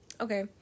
Okay